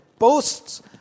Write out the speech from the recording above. Boasts